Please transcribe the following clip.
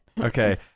Okay